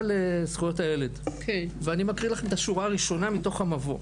אני מקריא לכם את השורה הראשונה מתוך המבוא: